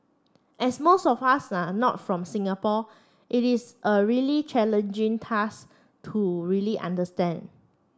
as most of us are not from Singapore it is a really challenging task to really understand